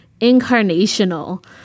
incarnational